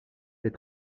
les